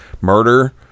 murder